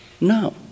No